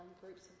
groups